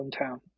hometown